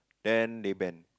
then they ban